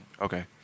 Okay